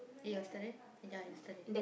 eh yesterday ya yesterday